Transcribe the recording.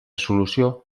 solució